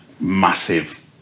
massive